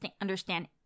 understand